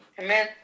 Amen